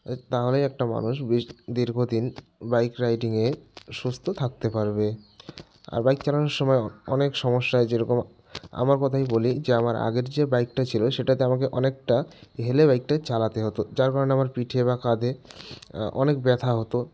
তাহলেই একটা মানুষ বেশ দীর্ঘদিন বাইক রাইডিংয়ে সুস্থ থাকতে পারবে আর বাইক চালানোর সময়ও অনেক সমস্যা হয় যেরকম আমার কথাই বলি যে আমার আগের যে বাইকটা ছিল সেটাতে আমাকে অনেকটা হেলে বাইকটা চালাতে হতো যার কারণে আমার পিঠে বা কাঁধে অনেক ব্যথা হতো